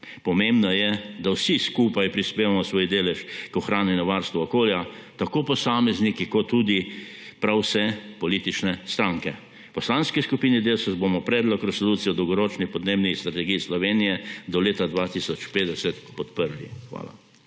pomembno je, da vsi skupaj prispevamo svoj delež k ohranjanju varstva okolja, tako posamezniki kot tudi prav vse politične stranke. V Poslanski skupini Desus bomo Predlog resolucije o Dolgoročni podnebni strategiji Slovenije do leta 2050 podprli. Hvala.